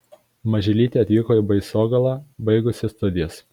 mažylytė atvyko į baisogalą baigusi studijas